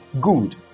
good